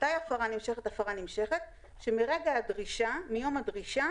הפרה נמשכת היא כשמיום הדרישה